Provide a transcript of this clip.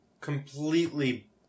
completely